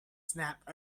snapped